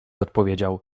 odpowiedział